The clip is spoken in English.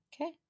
Okay